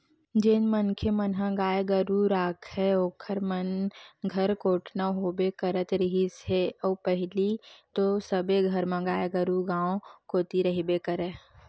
जेन मनखे मन ह गाय गरु राखय ओखर मन घर कोटना होबे करत रिहिस हे अउ पहिली तो सबे घर म गाय गरु गाँव कोती रहिबे करय